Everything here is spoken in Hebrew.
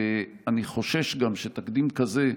ואני חושש גם שתקדים כזה,